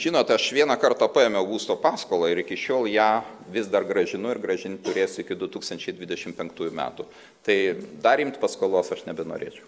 žinot aš vieną kartą paėmiau būsto paskolą ir iki šiol ją vis dar grąžinu ir grąžin turėsiu iki du tūkstančiai dvidešim penktųjų metų tai dar imt paskolos aš nebenorėčiau